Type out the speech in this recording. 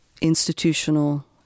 institutional